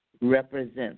represents